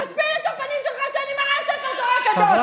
תשפיל את הפנים שלך כשאני מראה ספר תורה קדוש.